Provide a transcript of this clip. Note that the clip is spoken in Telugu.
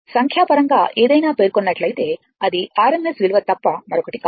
సంఖ్యాపరంగా ఏదైనా పేర్కొన్నట్లయితే అది RMS విలువ తప్ప మరొకటి కాదు